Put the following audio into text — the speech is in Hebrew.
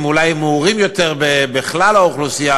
הם אולי מעורים יותר בכלל האוכלוסייה